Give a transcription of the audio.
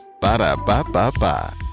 Ba-da-ba-ba-ba